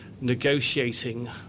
negotiating